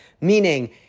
Meaning